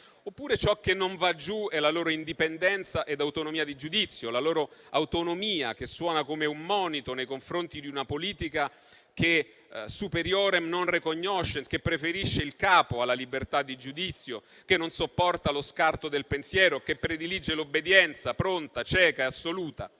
Oppure ciò che non va giù è la loro indipendenza ed autonomia di giudizio? La loro autonomia, che suona come un monito nei confronti di una politica, che *superiorem non recognoscens*, che preferisce il capo alla libertà di giudizio, che non sopporta lo scarto del pensiero, che predilige l'obbedienza, pronta, cieca, assoluta?